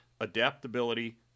adaptability